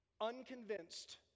unconvinced